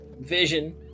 vision